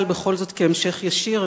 אבל בכל זאת כהמשך ישיר,